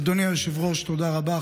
אדוני היושב-ראש, תודה רבה.